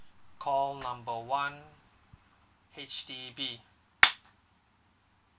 call number one H_D_B